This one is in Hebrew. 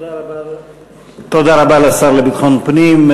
תודה רבה לשר לביטחון הפנים.